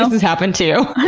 has happened to you.